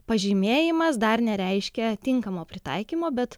pažymėjimas dar nereiškia tinkamo pritaikymo bet